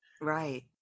Right